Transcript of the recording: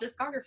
discography